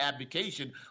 advocation